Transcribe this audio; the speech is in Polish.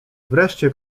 wreszcie